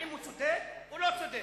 אם הוא צודק או לא צודק.